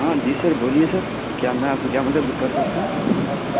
ہاں جی سر بولیے سر کیا میں آپ کی کیا مدد کر سکتا ہوں